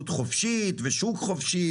תסבירי איפה זה בא לידי ביטוי.